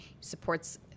supports